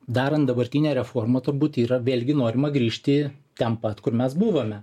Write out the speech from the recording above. darant dabartinę reformą turbūt yra vėlgi norima grįžti ten pat kur mes buvome